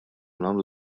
nagħmlu